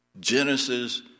Genesis